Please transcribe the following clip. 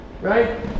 right